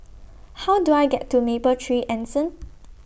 How Do I get to Mapletree Anson